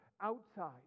outside